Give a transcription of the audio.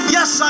Yes